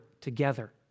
together